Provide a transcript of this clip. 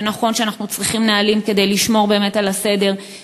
ונכון שאנחנו צריכים נהלים כדי לשמור באמת על הסדר,